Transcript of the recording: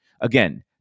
Again